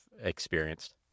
experienced